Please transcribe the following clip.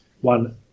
one